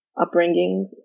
upbringing